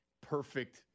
perfect